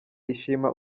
ishima